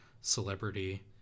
celebrity